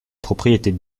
propriétés